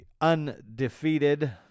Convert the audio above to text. undefeated